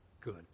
good